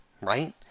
right